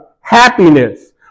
happiness